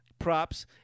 props